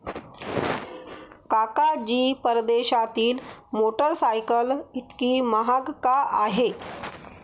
काका जी, परदेशातील मोटरसायकल इतकी महाग का आहे?